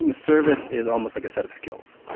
you know service is almost like a set of skills,